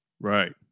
Right